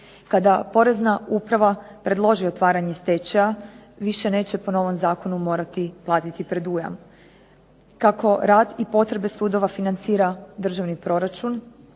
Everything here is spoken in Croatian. Kada porezna uprava predloži otvaranje stečaja više neće po novom zakonu morati platiti predujam. Kako rad i potrebe sudova financira državni proračun